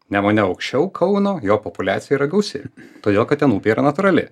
nemune aukščiau kauno jo populiacija yra gausi todėl kad ten upė yra natūrali